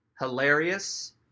hilarious